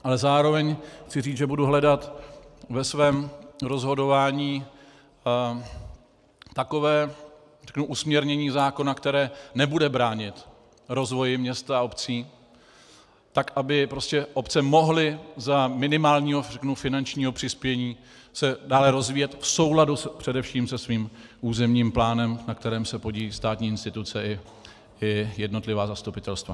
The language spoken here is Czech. Ale zároveň chci říct, že budu hledat ve svém rozhodování takové usměrnění zákona, které nebude bránit rozvoji měst a obcí, tak aby prostě obce mohly za minimálního finančního přispění se dále rozvíjet v souladu především se svým územním plánem, na kterém se podílejí státní instituce i jednotlivá zastupitelstva.